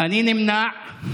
אני נמנע.